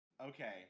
Okay